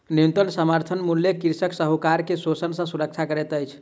न्यूनतम समर्थन मूल्य कृषक साहूकार के शोषण सॅ सुरक्षा करैत अछि